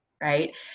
Right